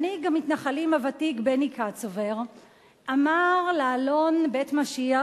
מנהיג המתנחלים הוותיק בני קצובר אמר לעלון "בית משיח",